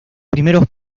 primeros